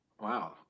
Wow